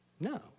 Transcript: No